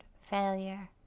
failure